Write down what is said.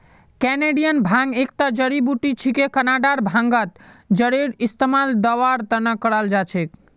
Canadian भांग एकता जड़ी बूटी छिके कनाडार भांगत जरेर इस्तमाल दवार त न कराल जा छेक